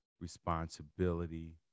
responsibility